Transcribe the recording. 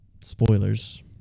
spoilers